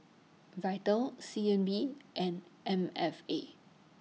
Vital C N B and M F A